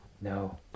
no